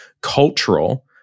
cultural